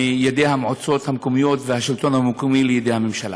מידי המועצות המקומיות והשלטון המקומי לידי הממשלה.